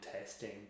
testing